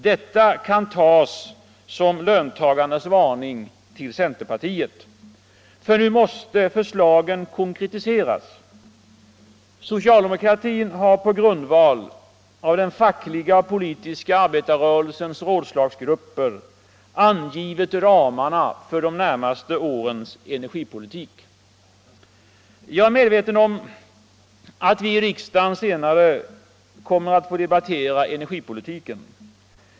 Detta kan tas som löntagarnas varning till centerpartiet, för nu måste förslagen konkretiseras. Socialdemokratin har på grundval av den fackliga och politiska arbetarrörelsens rådslagsgrupper angivit ramarna för de närmaste årens energipolitik. Jag är medveten om att vi i riksdagen senare kommer att få debattera energipolitiken.